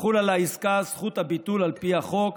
תחול על העסקה זכות הביטול על פי החוק,